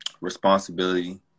Responsibility